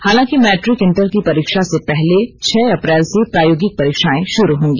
हालांकि matric inter की परीक्षा से पहले छह अप्रैल से प्रायोगिक परीक्षाए शुरू होगी